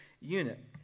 unit